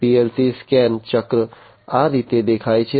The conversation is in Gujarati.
PLC સ્કેન ચક્ર આ રીતે દેખાય છે